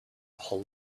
whole